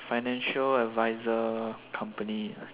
financial adviser company